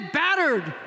battered